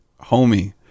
homie